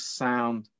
sound